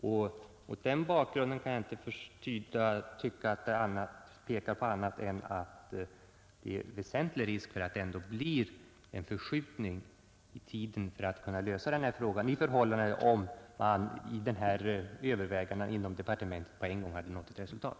Mot den bakgrunden kan jag inte tycka annat än att det är en väsentlig risk för att lösningen av denna fråga ändå blir förskjuten i tiden i förhållande till vad som skulle ha blivit fallet om man vid dessa överväganden inom departementet på en gång hade nått ett resultat.